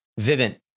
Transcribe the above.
Vivint